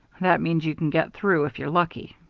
that means you can get through if you're lucky.